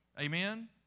Amen